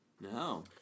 No